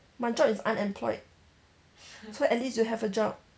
my job is unemployed so at least you have a job